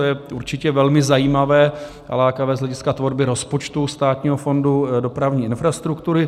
To je určitě velmi zajímavé a lákavé z hlediska tvorby rozpočtu Státního fondu dopravní infrastruktury.